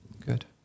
good